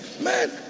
Man